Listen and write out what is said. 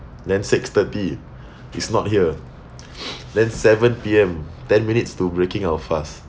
then six thirty it's not here then seven P_M ten minutes to breaking our fast